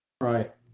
Right